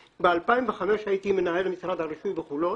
ב-2005 הייתי מנהל משרד הרישוי בחולון,